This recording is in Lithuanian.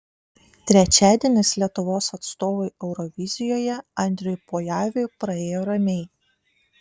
trečiadienis lietuvos atstovui eurovizijoje andriui pojaviui praėjo ramiai